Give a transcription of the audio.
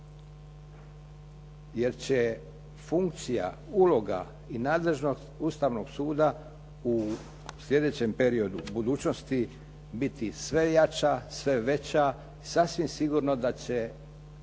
Jer će funkcija, uloga i nadležnost Ustavnog suda u sljedećem periodu, budućnosti biti sve jača, sve veća i sasvim sigurno da će